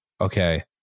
Okay